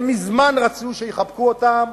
הם מזמן רצו שיחבקו אותם,